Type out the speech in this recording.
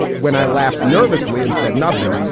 when i laughed nervously and said nothing.